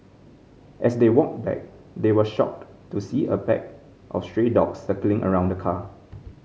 as they walked back they were shocked to see a pack of stray dogs circling around the car